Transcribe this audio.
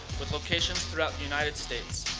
with locations throughout the united states.